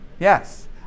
Yes